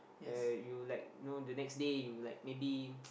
yea you like know the next day you like maybe